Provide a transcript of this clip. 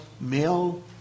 male